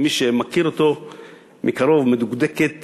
מי שהכיר אותו מקרוב, מדוקדקת